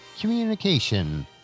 Communication